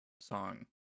song